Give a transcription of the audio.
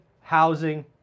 housing